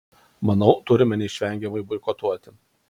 manau turime neišvengiamai boikotuoti